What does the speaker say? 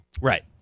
Right